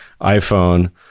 iPhone